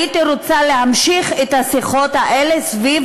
הייתי רוצה להמשיך את השיחות האלה סביב